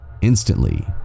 Instantly